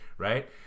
Right